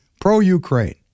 Pro-Ukraine